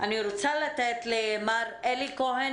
אני רוצה לתת למר אלי כהן